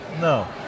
No